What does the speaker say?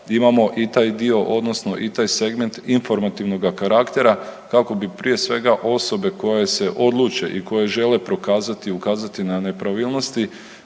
imamo i taj dio, odnosno i taj segment informativnoga karaktera kako bi prije svega osobe koje se odluče i koje žele prokazati, ukazati na nepravilnosti